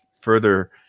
further